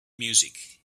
music